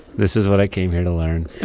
this is what i came here to learn